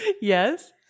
Yes